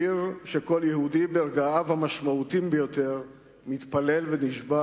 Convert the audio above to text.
עיר שכל יהודי ברגעיו המשמעותיים ביותר מתפלל ונשבע: